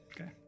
Okay